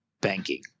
banking